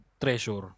Treasure